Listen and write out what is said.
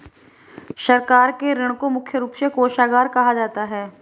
सरकार के ऋण को मुख्य रूप से कोषागार कहा जाता है